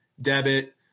debit